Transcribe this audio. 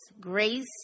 Grace